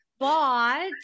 bought